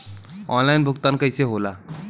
Online भुगतान कईसे होला?